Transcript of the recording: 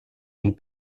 une